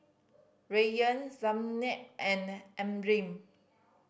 Rayyan Zaynab and Amrin